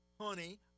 honey